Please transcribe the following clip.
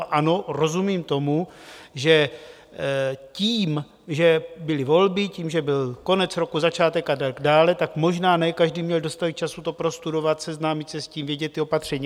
Ano, rozumím tomu, že tím, že byly volby, tím, že byl konec roku, začátek a tak dále, tak možná ne každý měl dostatek času to prostudovat, seznámit se s tím, vidět ta opatření.